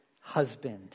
husband